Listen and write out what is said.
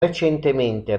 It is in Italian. recentemente